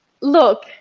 Look